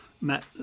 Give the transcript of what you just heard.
met